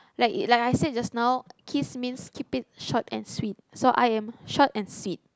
like like is said just now chris means keep it short and sweet so I am short and sweet